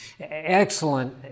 Excellent